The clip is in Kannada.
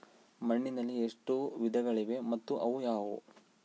ಮಣ್ಣಿನಲ್ಲಿ ಎಷ್ಟು ವಿಧಗಳಿವೆ ಮತ್ತು ಅವು ಯಾವುವು?